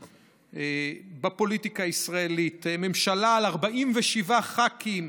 בפוליטיקה הישראלית: ממשלה של 47 ח"כים,